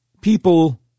people